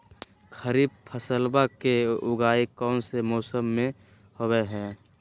खरीफ फसलवा के उगाई कौन से मौसमा मे होवय है?